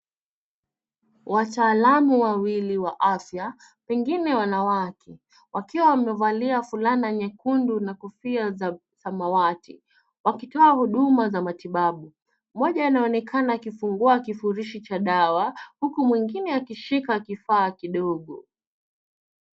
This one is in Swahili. Wataalam wawili wa afya pengine wanawake, wakiwa wamevalia fulana nyekundu na kofia za samawati wakitoa huduma za matibabu. Mmoja anaonekana akishika kivurushi cha dawa huku mwingine akishika kifaa kidogo.